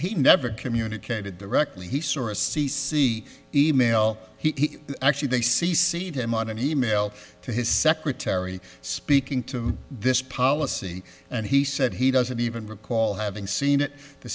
he never communicated directly he sorest c c email he actually they see see him on an e mail to his secretary speaking to this policy and he said he doesn't even recall having seen it the